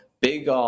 Big